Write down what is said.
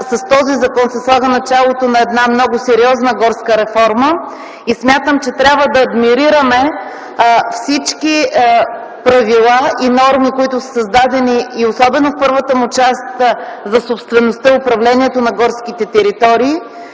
че с него се слага началото на много сериозна горска реформа. Смятам, че трябва да адмирираме всички правила и норми, които са създадени, особено в първата му част - за собствеността и управлението на горските територии.